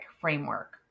framework